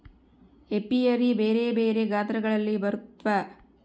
apiary ಬೆರೆ ಬೆರೆ ಗಾತ್ರಗಳಲ್ಲಿ ಬರುತ್ವ